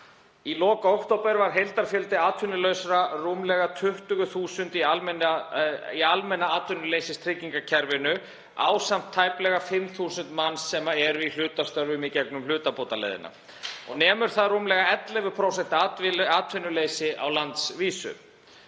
Í lok október var heildarfjöldi atvinnulausra rúmlega 20.000 í almenna atvinnuleysistryggingakerfinu ásamt tæplega 5.000 manns sem eru í hlutastörfum í gegnum hlutabótaleiðina. Nemur það rúmlega 11% atvinnuleysi á landsvísu.